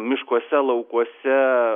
miškuose laukuose